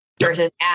Versus